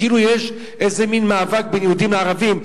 כאילו יש איזה מין מאבק בין יהודים לערבים,